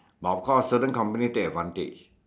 but of course certain company take advantage